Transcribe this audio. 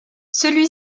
celui